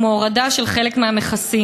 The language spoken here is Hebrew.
כמו הורדה של חלק מהמכסים.